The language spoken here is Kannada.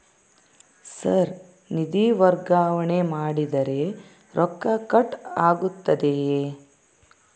ಸರ್ ನಿಧಿ ವರ್ಗಾವಣೆ ಮಾಡಿದರೆ ರೊಕ್ಕ ಕಟ್ ಆಗುತ್ತದೆಯೆ?